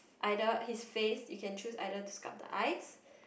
either his face you can choose either to sculp the eyes